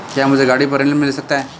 क्या मुझे गाड़ी पर ऋण मिल सकता है?